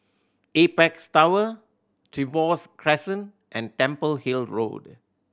Apex Tower Trevose Crescent and Temple Hill Road